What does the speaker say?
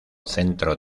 centro